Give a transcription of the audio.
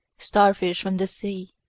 starfish from the sea,